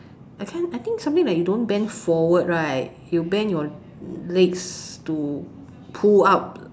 I can't I think something like you don't bend forward right you bend your legs to pull up